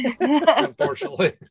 Unfortunately